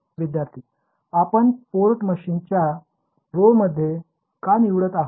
विद्यार्थीः आपण port machine त्याच ρ मध्ये का निवडत आहोत